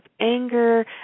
anger